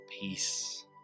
peace